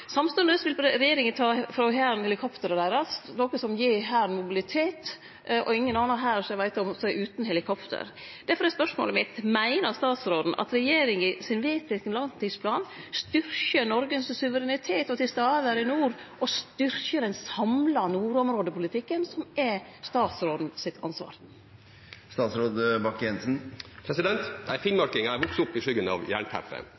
Samstundes vil regjeringa ta frå Hæren helikopteret deira. Helikopter gir Hæren mobilitet, og det er ingen annan hær som eg veit om, som er utan helikopter. Difor er spørsmålet mitt: Meiner statsråden at regjeringa sin vedtekne langtidsplan styrkjer Noregs suverenitet og nærvær i nord, og styrkjer den samla nordområdepolitikken, som er statsråden sitt ansvar? Finnmarkinger har vokst opp i skyggen av